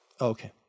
Okay